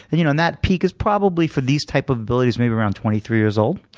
and you know and that peak is probably, for these types of abilities, maybe around twenty three years old.